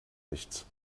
nichts